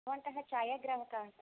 भवन्तः छायाग्राहकाः खलु